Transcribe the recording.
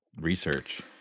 research